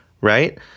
right